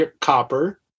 copper